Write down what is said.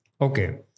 Okay